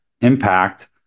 impact